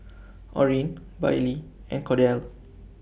Orren Bailee and Kordell